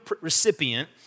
recipient